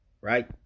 Right